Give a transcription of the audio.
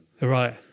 Right